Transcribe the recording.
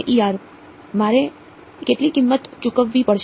મારે કેટલી કિંમત ચૂકવવી પડશે